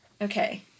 Okay